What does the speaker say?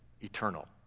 eternal